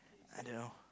I don't know